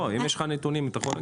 לא, אם יש לך נתונים, אתה יכול?